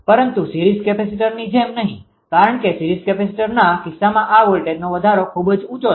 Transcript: પરંતુ સીરીઝ કેપેસિટરની જેમ નહીં કારણ કે સિરીઝ કેપેસિટરના કિસ્સામાં આ વોલ્ટેજનો વધારો ખૂબ જ ઉંચો છે